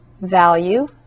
value